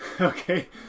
okay